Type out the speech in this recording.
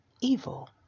evil